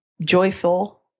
joyful